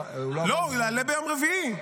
לא, הוא יעלה ביום רביעי.